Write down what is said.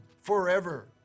forever